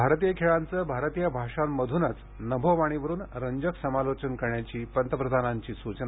भारतीय खेळांचं भारतीय भाषांमधूनच नभोवाणीवरुन रंजक समालोचन करण्याची पंतप्रधानांची सूचना